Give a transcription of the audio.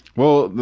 well,